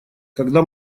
когда